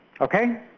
Okay